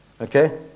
Okay